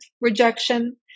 rejection